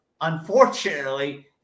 unfortunately